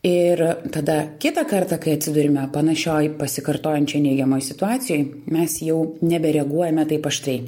ir tada kitą kartą kai atsiduriame panašioj pasikartojančioj neigiamoj situacijoj mes jau nebereaguojame taip aštriai